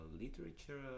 literature